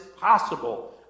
possible